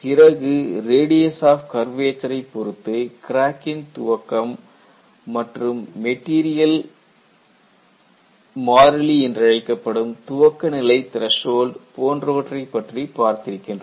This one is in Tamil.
பிறகு ரேடியஸ் ஆப் கர்வேச்சர் ரை பொருத்து கிராக்கின் துவக்கம் மற்றும் மெட்டீரியல் மாறிலி என்றழைக்கப்படும் துவக்கநிலை த்ரசோல்டு போன்றவற்றை பற்றி பார்த்திருக்கிறோம்